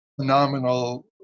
Phenomenal